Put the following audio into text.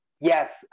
yes